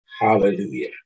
Hallelujah